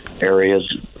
areas